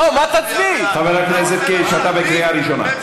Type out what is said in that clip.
חבר הכנסת קיש, אתה בקריאה ראשונה.